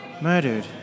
murdered